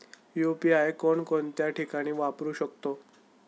UPI कोणकोणत्या ठिकाणी वापरू शकतो?